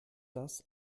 das